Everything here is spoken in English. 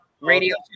radio